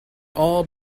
all